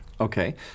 Okay